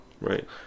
right